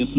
F